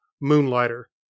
Moonlighter